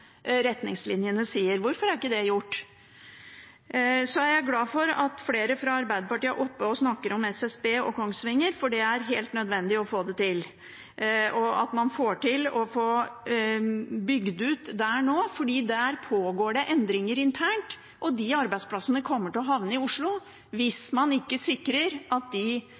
retningslinjene sier. Hvorfor er ikke det gjort? Jeg er glad for at flere fra Arbeiderpartiet er oppe og snakker om SSB og Kongsvinger, for det er helt nødvendig å få til dette – at man får bygd ut der nå, for der pågår det endringer internt, og de arbeidsplassene kommer til å havne i Oslo hvis man ikke sikrer at de